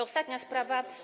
Ostatnia sprawa.